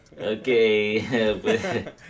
okay